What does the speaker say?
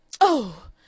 Oh